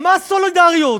מה סולידריות?